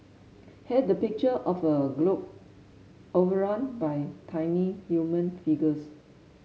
had the picture of a globe overrun by tiny human figures